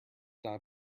not